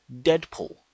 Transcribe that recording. Deadpool